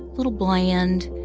little bland.